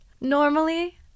Normally